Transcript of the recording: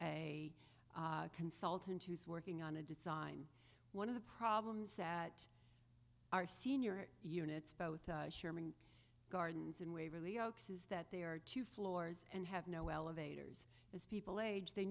a consultant who's working on a design one of the problems that our senior units both sherman gardens and waverly oaks is that they are two floors and have no elevators as people age they